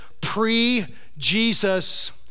pre-Jesus